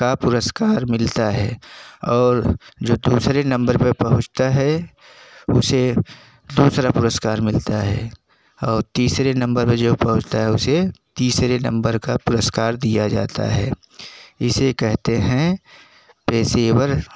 का पुरस्कार मिलता है और जो दूसरे नंबर पर पहुँचता है उसे दूसरा पुरस्कार मिलता है और तीसरे नंबर में जो पहुँचता है उसे तीसरे नंबर का पुरस्कार दिया जाता है इसे कहते हैं पेशेवर